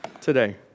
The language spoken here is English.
today